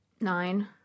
Nine